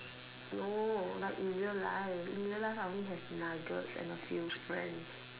no like in real life in real life I only have nuggets and a few friends